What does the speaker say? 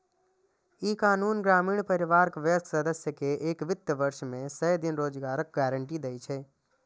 ई कानून ग्रामीण परिवारक वयस्क सदस्य कें एक वित्त वर्ष मे सय दिन रोजगारक गारंटी दै छै